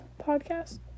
podcast